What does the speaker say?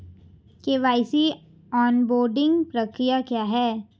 KYC onboarding प्रक्रिया क्या है?